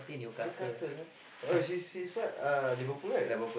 Newcastle lah oh she's she's what Liverpool right